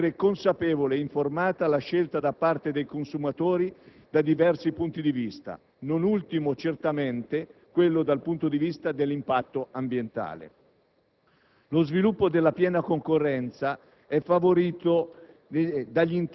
Di conseguenza, per evitare sanzioni da parte della Comunità Europea e contenziosi da parte degli utenti, il Governo si è giustamente deciso a proporre questo decreto-legge, le cui norme si prefiggono lo scopo di sviluppare la concorrenza,